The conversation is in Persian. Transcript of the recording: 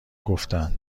گفتن